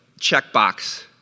checkbox